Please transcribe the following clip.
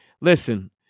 Listen